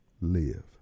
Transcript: live